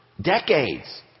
decades